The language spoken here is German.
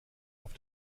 auf